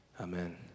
Amen